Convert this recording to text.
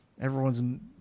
everyone's